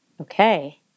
okay